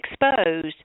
exposed